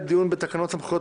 בוועדת הכספים.